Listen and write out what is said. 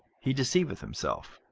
he deceiveth himself.